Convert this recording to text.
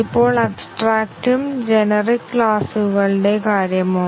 ഇപ്പോൾ അബ്സ്ട്രാക്ട് ഉം ജെനറിക്ക് ക്ലാസുകളുടെ കാര്യമോ